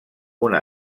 una